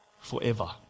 forever